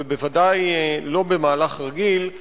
ודאי לא במהלך רגיל,